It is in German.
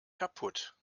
kaputt